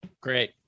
Great